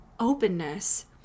openness